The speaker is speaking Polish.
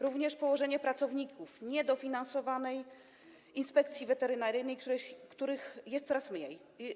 Również położenie pracowników niedofinansowanej Inspekcji Weterynaryjnej, których jest coraz mniej.